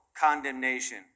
condemnation